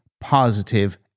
positive